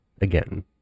again